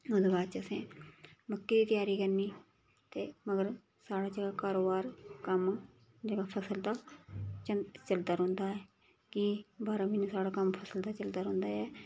ओह्दे बाद च असें मक्कें दी त्यारी करनी ते मगर साढ़ा जेह्ड़ा कारोबार कम्म जेह्ड़ा फसल दा चंद चलदा रौंह्दा ऐ कि बारां म्हीने साढ़ा कम्म फसल दा चलदा रौंह्दा ऐ